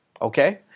okay